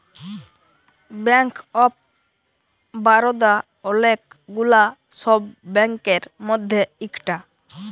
bank of Baroda ওলেক গুলা সব ব্যাংকের মধ্যে ইকটা